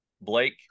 Blake